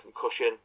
concussion